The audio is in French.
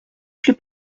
plus